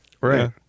Right